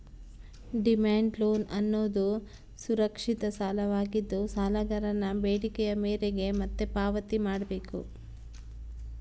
demand loan ಅನ್ನೋದುದು ಸುರಕ್ಷಿತ ಸಾಲವಾಗಿದ್ದು, ಸಾಲಗಾರನ ಬೇಡಿಕೆಯ ಮೇರೆಗೆ ಮತ್ತೆ ಪಾವತಿ ಮಾಡ್ಬೇಕು